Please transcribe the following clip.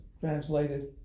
translated